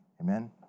Amen